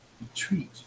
retreat